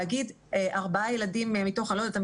להגיד ארבעה ילדים מתוך אני-לא-יודעת,